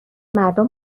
مردم